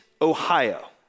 Ohio